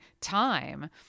time